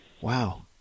Wow